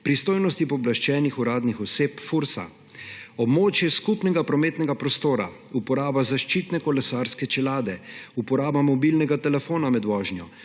pristojnosti pooblaščenih uradnih oseb FURS, območje skupnega prometnega prostora, uporaba zaščitne kolesarske čelade, uporaba mobilnega telefona med vožnjo,